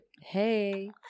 hey